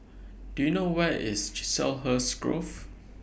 Do YOU know Where IS Chiselhurst Grove